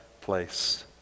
place